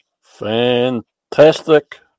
Fantastic